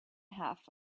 half